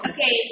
Okay